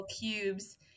cubes